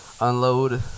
unload